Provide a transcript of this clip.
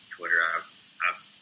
Twitter—I've